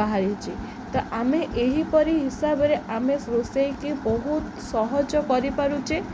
ବାହାରିଛି ତ ଆମେ ଏହିପରି ହିସାବରେ ଆମେ ରୋଷେଇକି ବହୁତ ସହଜ କରିପାରୁଛେ